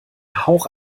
hauch